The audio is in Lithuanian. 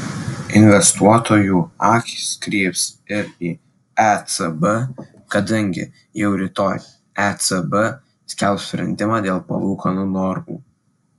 investuotojų akys kryps ir į ecb kadangi jau rytoj ecb skelbs sprendimą dėl palūkanų normų